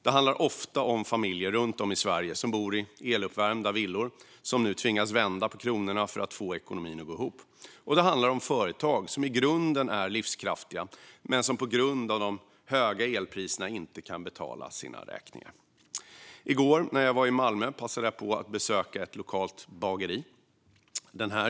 De handlar ofta om familjer runt om i Sverige som bor i eluppvärmda villor och som nu tvingas vända på kronorna för att få ekonomin att gå ihop. Det handlar om företag som i grunden är livskraftiga men som på grund av de höga elpriserna inte kan betala sina räkningar. I går när jag var i Malmö passade jag på att besöka ett lokalt bageri.